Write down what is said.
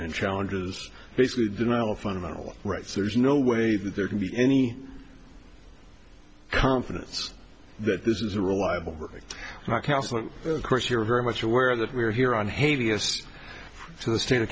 and challengers basically deny all fundamental rights there's no way that there can be any confidence that this is a reliable counsel of course you're very much aware that we are here on haiti as to the state of